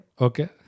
Okay